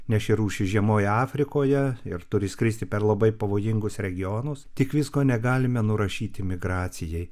na ši rūšys žiemoja afrikoje ir turi skristi per labai pavojingus regionus tik visko negalime nurašyti migracijai